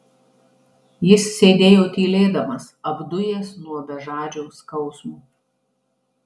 jis sėdėjo tylėdamas apdujęs nuo bežadžio skausmo